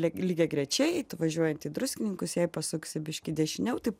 lygiagrečiai važiuojant į druskininkus jei pasuksi biškį dešiniau taip